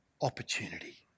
opportunity